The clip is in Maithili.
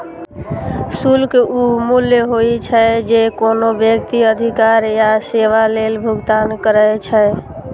शुल्क ऊ मूल्य होइ छै, जे कोनो व्यक्ति अधिकार या सेवा लेल भुगतान करै छै